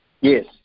Yes